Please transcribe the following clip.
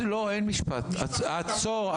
לא, אין משפט, עצור.